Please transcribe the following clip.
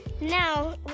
Now